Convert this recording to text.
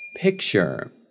Picture